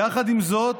יחד עם זאת,